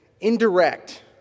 indirect